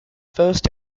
first